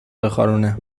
بخارونه